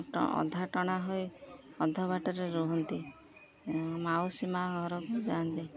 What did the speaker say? ଅଧା ଟଣା ହୋଇ ଅଧ ବାଟରେ ରୁହନ୍ତି ମାଉସୀ ମାଆ ଘରକୁ ଯାଆନ୍ତି